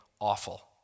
awful